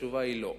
התשובה היא לא.